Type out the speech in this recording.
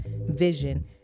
vision